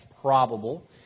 probable